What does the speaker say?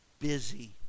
busy